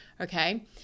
okay